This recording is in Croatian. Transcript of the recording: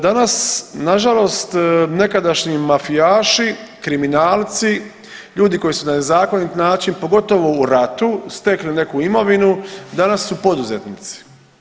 Danas, nažalost nekadašnji mafijaši, kriminalci, ljudi koji su na nezakonit način pogotovo u ratu stekli neku imovinu danas su poduzetnici.